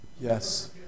yes